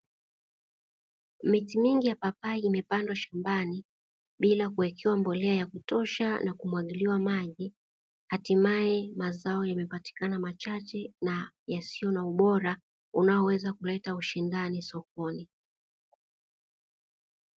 Miti mingi ya papai imepandwa shambani bila kuwekewa mbolea ya kutosha na kumwagiliwa maji, hatimaye mazao yamepatikana machache na yasiyo na ubora unaoweza kuleta ushindani sokoni.